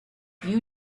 you